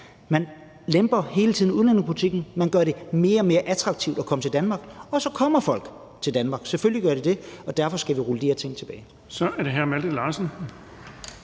Man lemper hele tiden udlændingepolitikken. Man gør det mere og mere attraktivt at komme til Danmark, og så kommer folk til Danmark – selvfølgelig gør de det. Og derfor skal vi rulle de her ting tilbage. Kl. 15:29 Den fg. formand